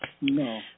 No